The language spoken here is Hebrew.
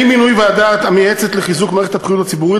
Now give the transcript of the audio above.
עם מינוי הוועדה המייעצת לחיזוק מערכת הבריאות הציבורית,